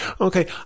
Okay